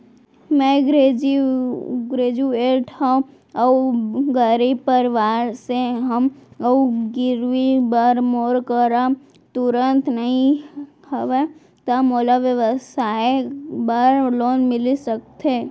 मैं ग्रेजुएट हव अऊ गरीब परवार से हव अऊ गिरवी बर मोर करा तुरंत नहीं हवय त मोला व्यवसाय बर लोन मिलिस सकथे?